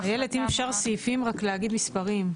אילת אם אפשר סעיפים, רק להגיד מספרים.